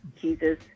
Jesus